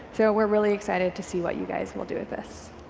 so we're really excited to see what you guys will do with this.